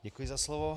Děkuji za slovo.